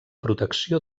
protecció